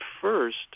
first